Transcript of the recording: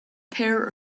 pair